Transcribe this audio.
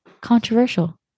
controversial